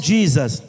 Jesus